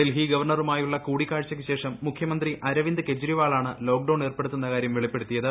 ഡൽഹി ഗവർണ്ണറുമായുളള കൂടിക്കാഴ്ചയ്ക്കു ശേഷം മുഖ്യമന്ത്രി അരവിന്ദ് കെജ്രിവാളാണ് ലോക്ഡൌൺ ഏർപ്പെടുത്തുന്ന കാര്യം വെളിപ്പെടുത്തിയത്